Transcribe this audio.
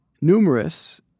numerous